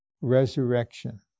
resurrection